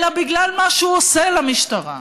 אלא בגלל מה שהוא עושה למשטרה.